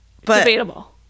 Debatable